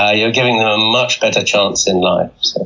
ah you're giving them a much better chance in life. so